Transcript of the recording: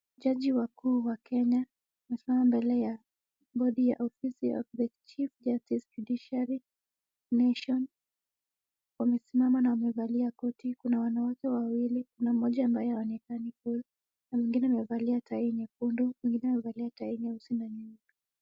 Jaji wakuu wa Kenya wamesimama mbele ya bodi ya ofisi of the chief justice judiciary nation . Wamesimama na wamevalia koti. Kuna wanawake wawili kuna mmoja ambaye haonekani full na mwingine amevalia tai nyekundu, mwingine amevalia tai nyeusi na nyeupe.